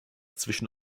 zwischen